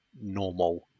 normal